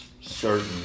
certain